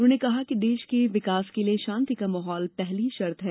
उन्होंने कहा कि देश के विकास के लिए शांति का माहौल पहली शर्त है